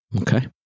okay